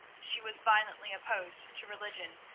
she was violently opposed to religion,